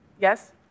Yes